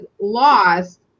lost